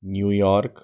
New York